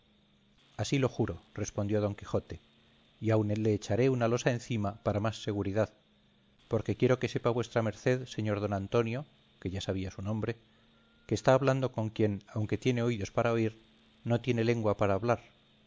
así lo juro respondió don quijote y aun le echaré una losa encima para más seguridad porque quiero que sepa vuestra merced señor don antonio que ya sabía su nombre que está hablando con quien aunque tiene oídos para oír no tiene lengua para hablar